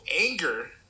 anger